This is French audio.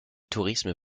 tourisme